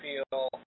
Feel